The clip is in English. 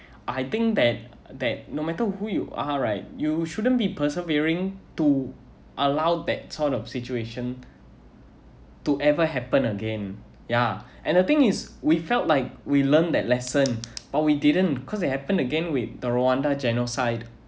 I think that that no matter who you are right you shouldn't be persevering to allow that sort of situation to ever happen again yeah and the thing is we felt like we learn that lesson but we didn't because they happen again with the rwandan genocide